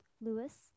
Lewis